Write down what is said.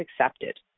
accepted